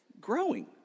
growing